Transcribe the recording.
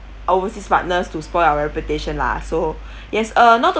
overseas partners to spoil our reputation lah so yes uh not to